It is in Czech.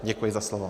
Děkuji za slovo.